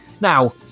now